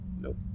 Nope